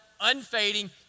unfading